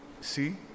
See